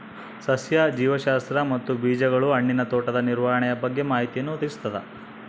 ಸಸ್ಯ ಜೀವಶಾಸ್ತ್ರ ಮತ್ತು ಬೀಜಗಳು ಹಣ್ಣಿನ ತೋಟದ ನಿರ್ವಹಣೆಯ ಬಗ್ಗೆ ಮಾಹಿತಿಯನ್ನು ಒದಗಿಸ್ತದ